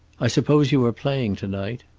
i suppose you are playing to-night?